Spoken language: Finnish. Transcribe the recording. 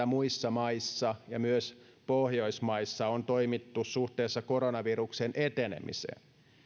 muissa maissa ja myös pohjoismaissa on toimittu suhteessa koronaviruksen etenemiseen